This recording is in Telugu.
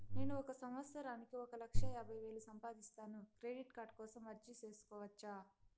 నేను ఒక సంవత్సరానికి ఒక లక్ష యాభై వేలు సంపాదిస్తాను, క్రెడిట్ కార్డు కోసం అర్జీ సేసుకోవచ్చా?